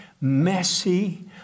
messy